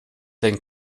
den